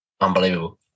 unbelievable